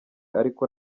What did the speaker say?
ariko